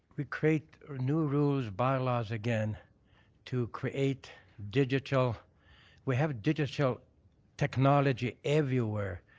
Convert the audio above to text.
we create new rules, bylaws again to create digital we have digital technology everywhere.